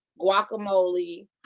guacamole